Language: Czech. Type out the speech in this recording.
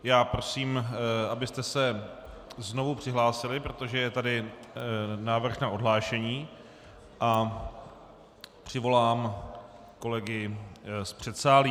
Já prosím, abyste se znovu přihlásili, protože je tady návrh na odhlášení, a přivolám kolegy z předsálí.